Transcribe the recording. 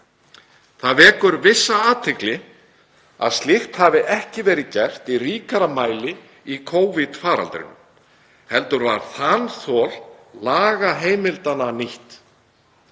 Það vekur vissa athygli að slíkt hafi ekki verið gert í ríkara mæli í Covid-19 faraldrinum, heldur var þanþol lagaheimildanna nýtt.